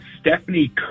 Stephanie